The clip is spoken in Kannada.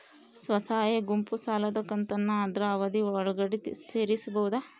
ಸ್ವಸಹಾಯ ಗುಂಪು ಸಾಲದ ಕಂತನ್ನ ಆದ್ರ ಅವಧಿ ಒಳ್ಗಡೆ ತೇರಿಸಬೋದ?